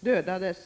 dödades.